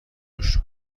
روش